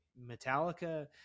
Metallica